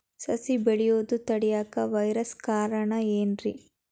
ಸಸಿ ಬೆಳೆಯುದ ತಡಿಯಾಕ ವೈರಸ್ ಕಾರಣ ಏನ್ರಿ?